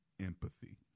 empathy